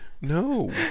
No